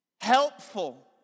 helpful